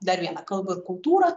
dar vieną kalbą ir kultūrą